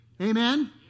Amen